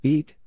Eat